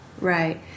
Right